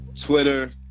Twitter